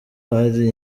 hari